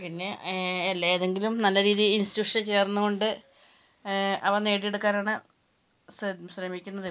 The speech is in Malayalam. പിന്നെ അല്ലേൽ ഏതെങ്കിലും നല്ല രീതിയിൽ ഇൻസ്റ്റിറ്റ്യുഷനിൽ ചേർന്ന് കൊണ്ട് അവ നേടിയെടുക്കാനാണ് ശ്ര ശ്രമിക്കുന്നത്